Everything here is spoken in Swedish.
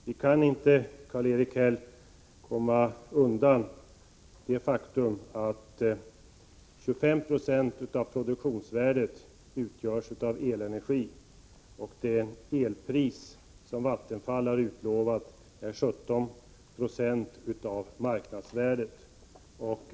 Vi kan, Karl-Erik Häll, inte komma undan det faktum att 25 920 av produktionsvärdet utgörs av elenergi, och det elpris som Vattenfall har utlovat är 17 26 av marknadsvärdet.